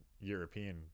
European